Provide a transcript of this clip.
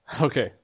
Okay